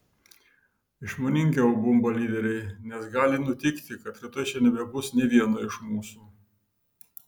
išmoningiau bumba lyderiai nes gali nutikti kad rytoj čia nebebus nė vieno iš mūsų